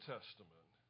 Testament